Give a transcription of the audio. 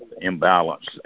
imbalance